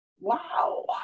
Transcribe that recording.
Wow